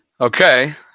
okay